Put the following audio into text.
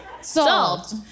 solved